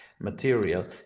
material